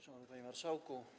Szanowny Panie Marszałku!